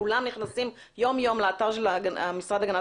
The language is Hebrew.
כולם נכנסים יום יום לאתר של המשרד להגנת